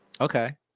Okay